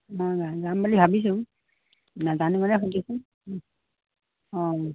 অঁ যাম যাম বুলি ভাবিছোঁ নাজানো কাৰণে শুধিছোঁ অঁ